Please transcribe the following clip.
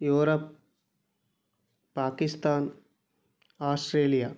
Europe Pakistan Australia